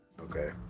Okay